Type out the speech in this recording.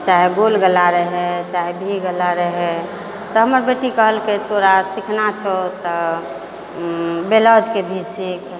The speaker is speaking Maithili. चाहे गोल गला रहै चाहे वी गला रहै तऽ हमर बेटी कहलकै तोरा सीखना छौ तऽ ब्लाउजके भी सीख